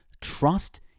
Trust